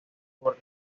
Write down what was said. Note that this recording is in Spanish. por